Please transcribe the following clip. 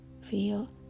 feel